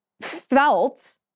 felt